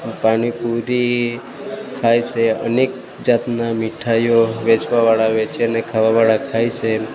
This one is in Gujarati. પાણીપુરી ખાય છે અનેક જાતનાં મીઠાઈઓ વેચવાવાળા વેચે અને ખાવાવાળા ખાય છે